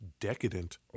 decadent